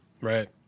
right